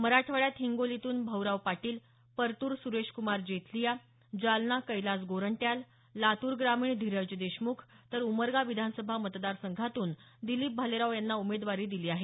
मराठवाड्यात हिंगोलीतून भाऊराव पाटील परतूर सुरेशकुमार जेथलिया जालना कैलास गोरंट्याल लातूर ग्रामीण धीरज देशमुख तर उमरगा विधानसभा मतदारसंघातून दिलीप भालेराव यांना उमेदवारी दिली आहे